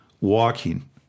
walking